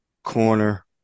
corner